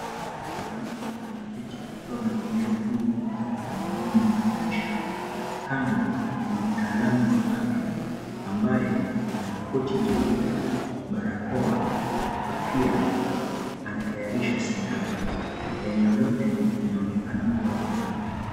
Mwanamke ameketi akiwa amevalia nguo za kitamaduni na shanga. Kando kuna mtaalamu wa afya ambae ana koti jeupe, barakoa, kofia anatayarisha shindano. Eneo lote linaonekana kua kame.